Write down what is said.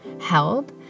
held